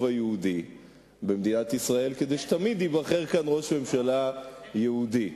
היהודי במדינת ישראל כדי שתמיד ייבחר כאן ראש ממשלה יהודי.